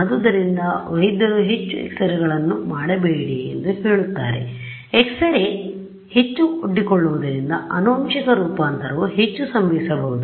ಆದ್ದರಿಂದ ವೈದ್ಯರು ಹೆಚ್ಚು ಎಕ್ಸರೆಗಳನ್ನು ಮಾಡಬೇಡಿ ಎಂದು ಹೇಳುತ್ತಾರೆ ಏಕೆಂದರೆ X rays ಹೆಚ್ಚು ಒಡ್ಡಿಕೊಳ್ಳುವುದರಿಂದ ಆನುವಂಶಿಕ ರೂಪಾಂತರವು ಹೆಚ್ಚು ಸಂಭವಿಸಬಹುದು